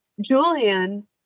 Julian